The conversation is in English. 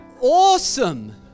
awesome